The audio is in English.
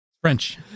French